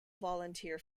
volunteer